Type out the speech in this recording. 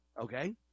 okay